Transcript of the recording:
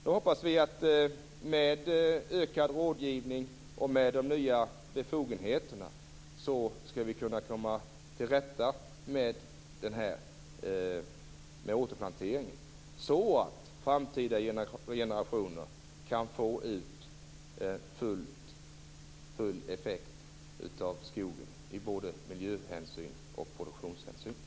Nu hoppas vi att man med ökad rådgivning och nya befogenheter skall kunna komma till rätta med återplanteringen så att framtida generationer kan få ut full effekt av skogen, både från miljöhänsyn och från produktionshänsyn.